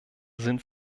sind